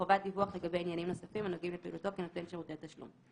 חובת דיווח לגבי עניינים נוספים הנוגעים לפעילותו כנותן שירותי תשלום".